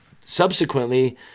subsequently